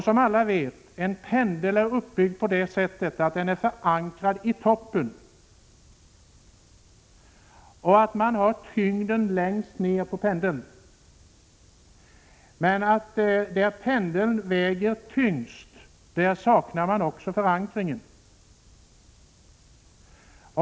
Som alla vet är pendelns uppbyggnad sådan att den är förankrad i toppen, medan tyngden finns längst ned på pendeln. Men där pendeln väger tyngst saknar man i stället förankringen.